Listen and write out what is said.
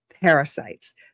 parasites